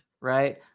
Right